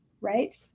right